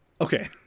Okay